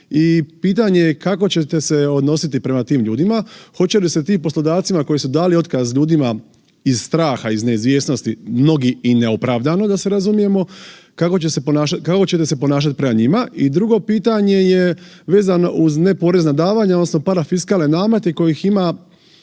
i pitanje je kako ćete se odnositi prema tim ljudima, hoće li se tim poslodavcima koji su dali otkaz ljudima iz straha, iz neizvjesnosti, mnogi i neopravdano, da se razumijemo, kako ćete se ponašati prema njima? I drugo pitanje je vezano uz neporezna davanja, odnosno parafiskalne namete kojih ima